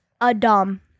Adam